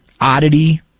oddity